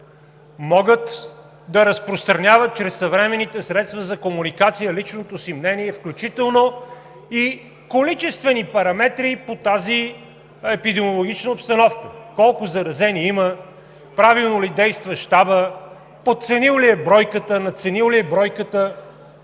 могат да разпространяват чрез съвременните средства за комуникация личното си мнение, включително и количествени параметри по тази епидемиологична обстановка: колко заразени има, правилно ли действа Щабът, подценил ли е бройката, надценил ли е бройката?!